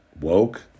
woke